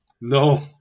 No